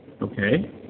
Okay